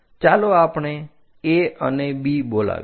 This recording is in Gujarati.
ચાલો આપણે A અને B બોલાવીએ